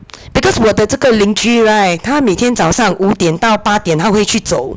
because 我的这个邻居 [right] 她每天早上五点到八点她会去走